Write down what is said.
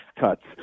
cuts